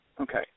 Okay